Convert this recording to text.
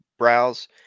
browse